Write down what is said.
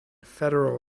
federal